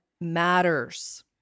matters